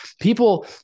people